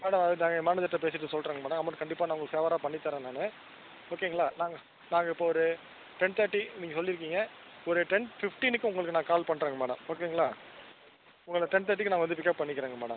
madam அது எங்கள் manager கிட்ட பேசிவிட்டு சொல்றேங்க மேடம் அமௌண்ட் கண்டிப்பாக நான் உங்களுக்கு ஃபேவராக பண்ணித்தரேன் நான் ஓகேங்களா நாங்கள் நாங்கள் இப்போ ஒரு டென் தேர்ட்டி நீங்கள் சொல்லிருக்கிங்க ஒரு டென் ஃபிஃப்டினுக்கு உங்களுக்கு நான் கால் பண்ணுறேங்க மேடம் ஓகேங்களா உங்களை டென் தேர்ட்டிக்கு நான் வந்து பிக்அப் பண்ணிக்குறேங்க மேடம்